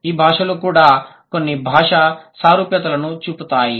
ఈ భాషలు కూడా కొన్ని భాషా సారూప్యతలను చూపుతాయి